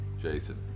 Jason